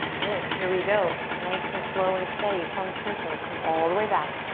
good, here we go. nice and slow and steady from center come all the way back.